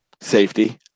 Safety